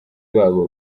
babo